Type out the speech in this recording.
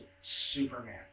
Superman